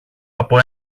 από